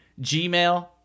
Gmail